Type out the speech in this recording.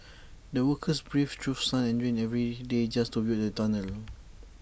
the workers braved through sun and rain every day just to build the tunnel